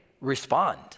respond